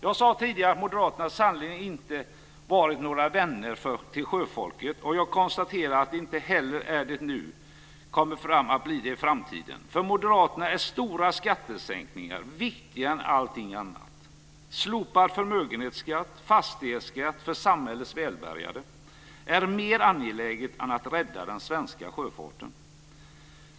Jag sade tidigare att Moderaterna sannerligen inte har varit några vänner till sjöfolket, och jag konstaterar att de inte heller är det nu eller kommer att bli det i framtiden. För moderaterna är stora skattesänkningar viktigare än allting annat. Slopad förmögenhetsskatt och fastighetsskatt för samhällets välbärgade är mer angeläget än att rädda den svenska sjöfarten.